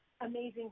amazing